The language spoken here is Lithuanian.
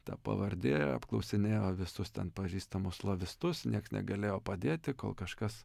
ta pavardė apklausinėjo visus ten pažįstamus slavistus nieks negalėjo padėti kol kažkas